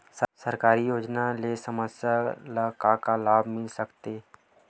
सरकारी योजना ले समस्या ल का का लाभ मिल सकते?